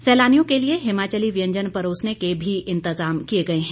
सैलानियों के लिए हिमाचली व्यंजन परोसने के भी इंतजाम किए गए हैं